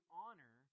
honor